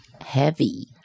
heavy